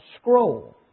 scroll